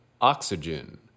Oxygen